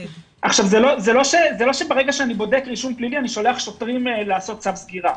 זה לא שברגע שאני בודק רישום פלילי אני שולח שוטרים עם צו סגירה,